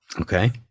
Okay